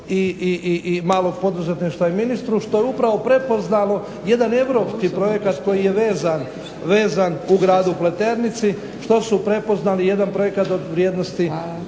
i malog poduzetništva i ministru što je upravo prepoznalo jedan europski projekat koji je vezan u gradu Pleternici, što su prepoznali jedan projekat od vrijednosti